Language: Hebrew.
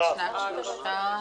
10 נגד,